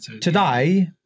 today